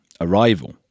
Arrival